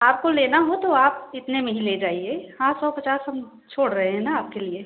आपको लेना हो तो आप इतने में ही ले जाइए हाँ सौ पचास हम छोड़ रहे हैं न आपके लिए